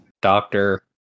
doctor